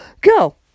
go